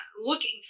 looking